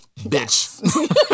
bitch